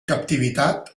captivitat